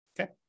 Okay